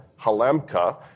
Halemka